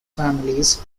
families